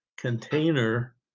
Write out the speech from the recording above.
container